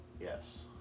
Yes